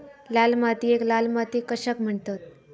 लाल मातीयेक लाल माती कशाक म्हणतत?